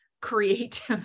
create